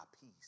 peace